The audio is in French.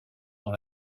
dans